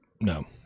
No